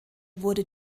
wurde